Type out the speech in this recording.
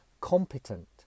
competent